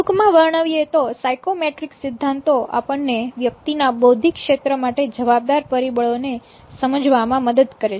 ટૂંકમાં વર્ણવીએ તો સાઇકોમેટ્રિક સિદ્ધાંતો આપણને વ્યક્તિના બૌદ્ધિક ક્ષેત્ર માટે જવાબદાર પરિબળો ને સમજવામાં મદદ કરે છે